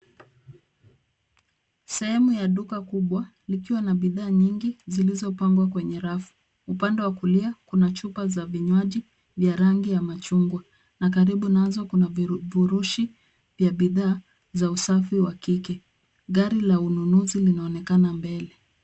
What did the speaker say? Sehemu ya duka kubwa likiwa na bidhaa nyingi zilizopangwa kwenye rafu. Upande wa kulia kuna chupa za vinywaji vya rangi ya machungwa na karibu nazo kuna furushi ya bidhaa za usafi wa kike. Gari la ununuzi linaonekana mbele.